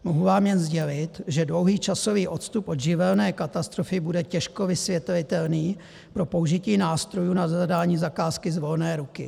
Mohu vám jen sdělit, že dlouhý časový odstup od živelní katastrofy bude těžko vysvětlitelný pro použití nástrojů na zadání zakázky z volné ruky.